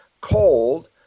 cold